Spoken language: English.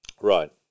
Right